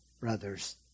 brothers